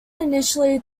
initially